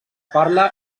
parla